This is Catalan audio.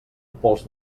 pols